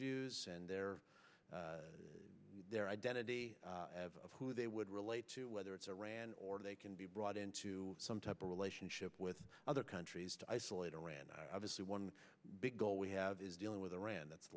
views and their their identity of who they would relate to whether it's iran or they can be brought into some type of relationship with other countries to isolate iran i was one big goal we have is dealing with iran th